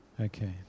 Okay